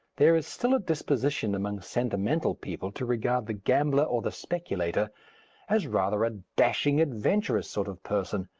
there is still a disposition among sentimental people to regard the gambler or the speculator as rather a dashing, adventurous sort of person,